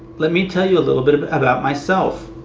let me tell you a little about myself.